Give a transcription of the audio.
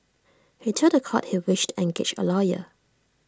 he told The Court he wished to engage A lawyer